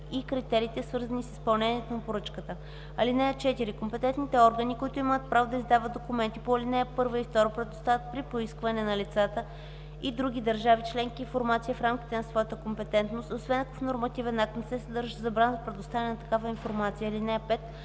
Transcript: или критериите, свързани с изпълнението на поръчката. (4) Компетентните органи, които имат право да издават документи по ал. 1 и 2, предоставят при поискване на лица от други държави членки информация в рамките на своята компетентност, освен ако в нормативен акт не се съдържа забрана за предоставяне на такава информация. (5)